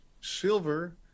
Silver